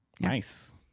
nice